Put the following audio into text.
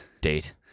date